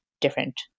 different